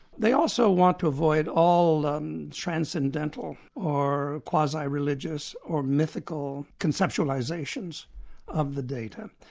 they also want to avoid all um transcendental or quasi-religious or mythical conceptualisations of the data,